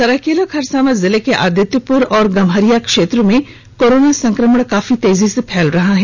सरायकेला खरसावां जिले के आदित्यपुर और गम्हरिया क्षेत्र में कोरोना संक्रमण काफी तेजी गति से फैल रहा है